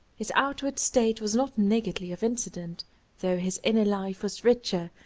his outward state was not niggardly of incident though his inner life was richer,